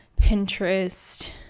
pinterest